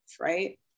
right